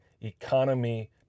economy